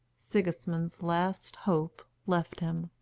sigismund's last hope left him.